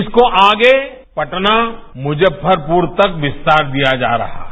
इसको आगे पटना मुजफ्फरपुर तक विस्तार दिया जा रहा है